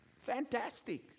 Fantastic